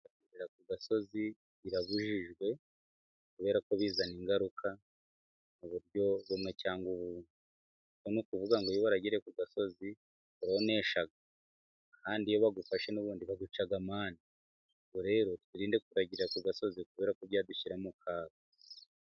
Kuragira ku gasozi birabujijwe kubera ko bizana ingaruka ku buryo bumwe cyangwa ubundi. Hano ni ukuvuga ngo iyo baragiriye ku gasozi baronesha, kandi iyo bagufashe n'ubundi baguca amande. Ubwo rero twirinde kuragira ku gasozi, kubera ko byadushyira mu kaga.